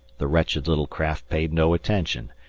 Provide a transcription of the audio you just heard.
the wretched little craft paid no attention,